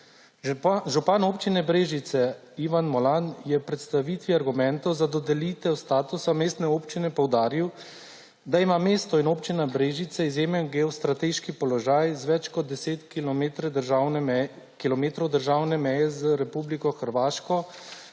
Župan Občine Brežice Ivan Molan je v predstavitvi argumentov za dodelitev statusa mestne občine poudaril, da ima mesto in občina Brežice izjemen geostrateški položaj z več kot deset kilometri državne meje z Republiko Hrvaško,